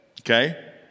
okay